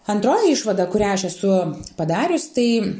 antroji išvada kurią aš esu padarius tai